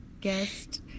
guest